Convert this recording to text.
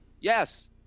Yes